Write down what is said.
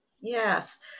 Yes